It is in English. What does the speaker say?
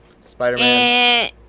spider-man